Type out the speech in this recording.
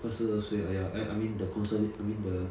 二十二岁 !aiya! I mean the conso~ I mean the